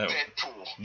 Deadpool